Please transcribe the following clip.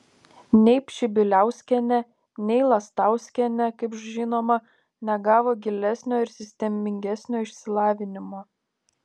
nei pšibiliauskienė nei lastauskienė kaip žinoma negavo gilesnio ir sistemingesnio išsilavinimo